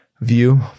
view